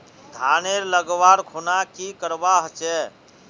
धानेर लगवार खुना की करवा होचे?